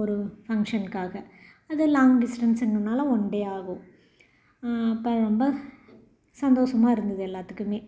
ஒரு ஃபங்க்ஷனுக்காக அதும் லாங் டிஸ்டன்ஸுங்கிறனாலே ஒன் டே ஆகும் அப்போ ரொம்ப சந்தோஷமா இருந்தது எல்லாத்துக்குமே